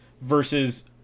versus